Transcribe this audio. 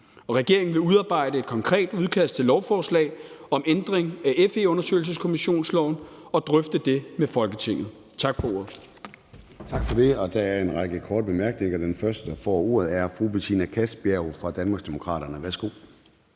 regeringen vil udarbejde et konkret udkast til lovforslag om ændring af FE-undersøgelseskommissionsloven og drøfte det med Folketinget.